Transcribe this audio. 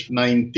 19